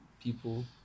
people